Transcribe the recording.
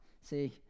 See